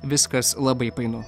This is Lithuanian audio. viskas labai painu